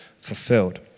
fulfilled